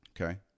Okay